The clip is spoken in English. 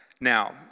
Now